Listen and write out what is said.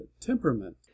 temperament